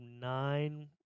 nine